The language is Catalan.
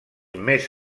més